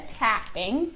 tapping